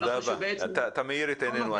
תודה רבה, אתה מאיר את עינינו.